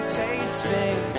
tasting